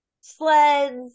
sleds